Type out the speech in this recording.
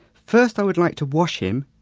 first i would like to wash him,